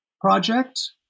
project